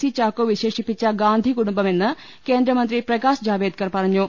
C Chacko വിശേഷിപ്പിച്ച ഗാന്ധി കുടുംബമെന്ന് കേന്ദ്രമന്ത്രി പ്രകാശ് ജാവ്ദേക്കർ പറഞ്ഞു